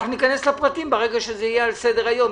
אנחנו ניכנס לפרטים ברגע שזה יהיה על סדר-היום.